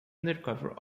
undercover